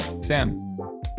Sam